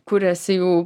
kūriasi jų